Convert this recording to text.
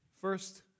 first